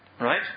Right